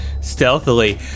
Stealthily